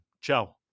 ciao